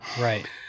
Right